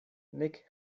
nek